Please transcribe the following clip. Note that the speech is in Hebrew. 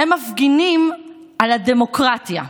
הם מפגינים על הדמוקרטיה.